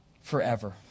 forever